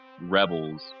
Rebels